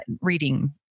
reading